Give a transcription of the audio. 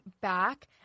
back